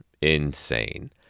Insane